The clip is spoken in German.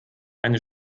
eine